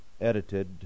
edited